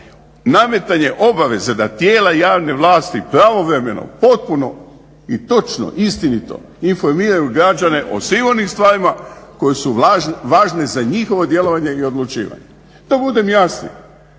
nametanje obaveze da tijela javne vlasti pravovremeno potpuno i točno, istinito informiraju građane o svim onim stvarima koje su važne za njihovo djelovanje i odlučivanje. Da budem jasniji,